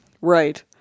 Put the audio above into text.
Right